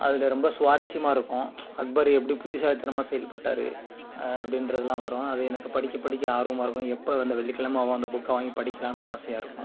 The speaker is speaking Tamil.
அதில் ரொம்ப சுவராஸ்யமாக இருக்கும் அக்பர் எப்படி புத்திசாலித்தனமாக செயல்பட்டார் அப்படின்றதுலாம் வரும் அது எனக்கு படிக்க படிக்க ஆர்வமாக இருக்கும் எப்போ அந்த வெள்ளிக்கிலம ஆகும் அந்த புக்கை வாங்கி படிக்கலாம்னு ஆசையாக இருக்கும்